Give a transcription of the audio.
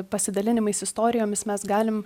pasidalinimais istorijomis mes galim